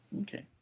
okay